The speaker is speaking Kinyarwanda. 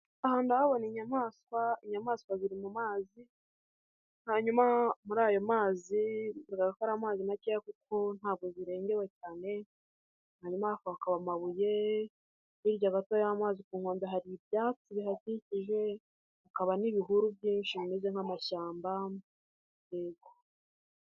Aha, nahabona inyamaswa. Inyamaswa ziri mu mazi hanyuma muri ayo mazikora amazi makeya kuko ntabwo zirengewe cyane, hanyuma hakaba amabuye hirya gato y'amazi ku nkombe, hari ibyatsi bihakikije, hakaba n'ibihuru byinshi bimeze nk'amashyamba, yego.